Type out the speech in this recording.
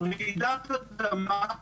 ברעידת אדמה,